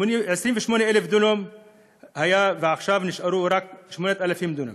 היו 28,000 דונם, ועכשיו נשארו רק 8,000 דונם,